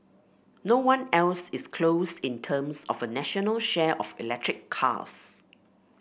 no one else is close in terms of a national share of electric cars